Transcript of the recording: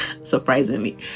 surprisingly